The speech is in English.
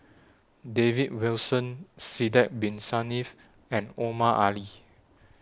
David Wilson Sidek Bin Saniff and Omar Ali